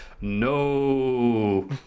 no